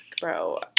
bro